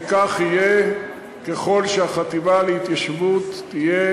וכך יהיה ככל שהחטיבה להתיישבות תהיה